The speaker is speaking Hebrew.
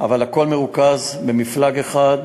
אבל הכול מרוכז במפלג אחד,